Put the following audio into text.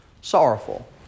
sorrowful